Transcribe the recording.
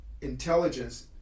intelligence